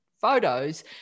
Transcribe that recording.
photos